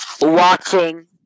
watching